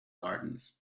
gardens